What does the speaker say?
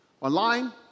online